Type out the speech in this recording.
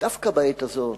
דווקא בעת הזאת,